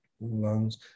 lungs